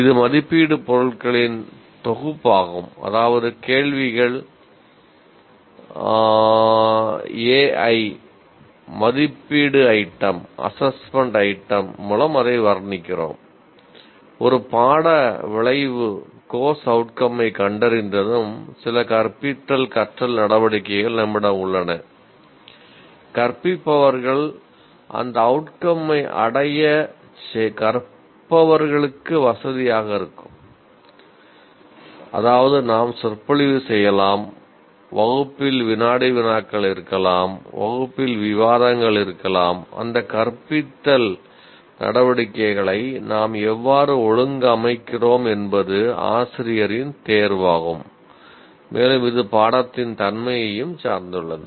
ஒரு மதிப்பீடு நடவடிக்கைகளை நாம் எவ்வாறு ஒழுங்கமைக்கிறோம் என்பது ஆசிரியரின் தேர்வாகும் மேலும் இது பாடத்தின் தன்மையையும் சார்ந்துள்ளது